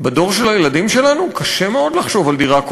בדור של הילדים שלנו קשה מאוד לחשוב על דירה,